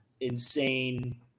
insane